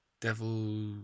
Devil